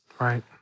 right